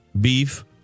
beef